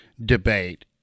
debate